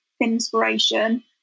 inspiration